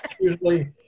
usually